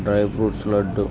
dry fruits laddu